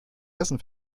hessen